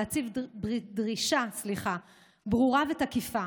להציב דרישה ברורה ותקיפה.